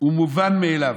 הוא מובן מאליו,